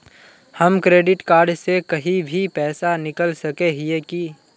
हम credit card से कहीं भी पैसा निकल सके हिये की?